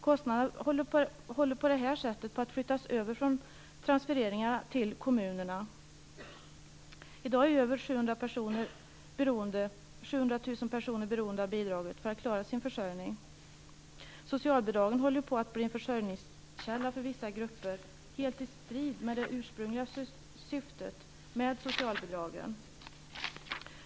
Kostnaden håller på det här sättet på att flyttas över från transfereringarna till kommunerna. I dag är över 700 000 personer beroende av socialbidrag för att klara sin försörjning. Socialbidragen håller på att bli en försörjningskälla för vissa grupper, helt i strid med det ursprungliga syftet.